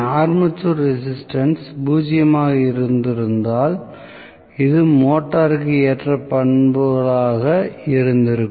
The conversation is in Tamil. ஆர்மேச்சர் ரெசிஸ்டன்ஸ் பூஜ்ஜியமாக இருந்திருந்தால் இது மோட்டருக்கு ஏற்ற பண்புகளாக இருந்திருக்கும்